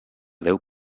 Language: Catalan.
deu